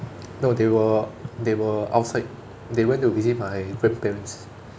no they were they were outside they went to visit my grandparents